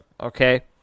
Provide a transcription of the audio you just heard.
okay